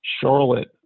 Charlotte